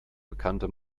bekannte